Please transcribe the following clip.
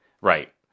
Right